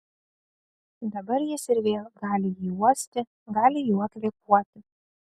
dabar jis ir vėl gali jį uosti gali juo kvėpuoti